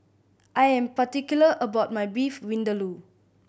I am particular about my Beef Vindaloo